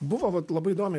buvo vat labai įdomiai